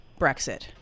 Brexit